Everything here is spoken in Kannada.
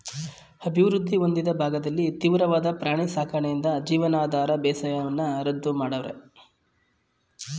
ಅಭಿವೃದ್ಧಿ ಹೊಂದಿದ ಭಾಗದಲ್ಲಿ ತೀವ್ರವಾದ ಪ್ರಾಣಿ ಸಾಕಣೆಯಿಂದ ಜೀವನಾಧಾರ ಬೇಸಾಯನ ರದ್ದು ಮಾಡವ್ರೆ